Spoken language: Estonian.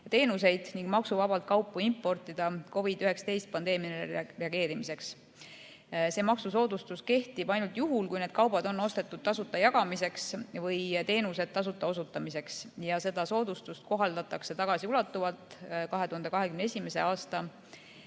teenuseid ning maksuvabalt kaupa importida COVID‑19 pandeemiale reageerimiseks. See maksusoodustus kehtib ainult juhul, kui need kaubad on ostetud tasuta jagamiseks või teenused tasuta osutamiseks. Seda soodustust kohaldatakse tagasiulatuvalt 2021. aasta